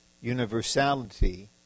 universality